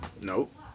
Nope